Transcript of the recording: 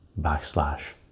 backslash